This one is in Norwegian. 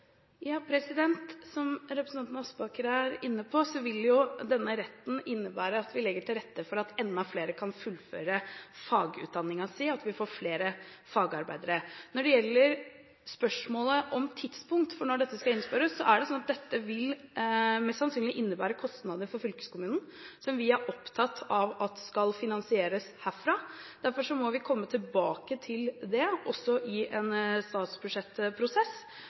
Som representanten Aspaker er inne på, vil denne retten innebære at vi legger til rette for at enda flere kan fullføre fagutdanningen sin, og at vi får flere fagarbeidere. Når det gjelder spørsmålet om tidspunkt for når dette skal innføres, er det sånn at dette mest sannsynlig vil innebære kostnader for fylkeskommunen som vi er opptatt av at skal finansieres herfra. Derfor må vi komme tilbake til det, også i en statsbudsjettprosess,